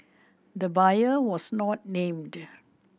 the buyer was not named